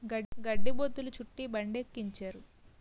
గడ్డి బొద్ధులు చుట్టి బండికెక్కించారు